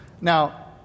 Now